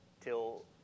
till